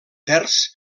terç